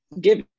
give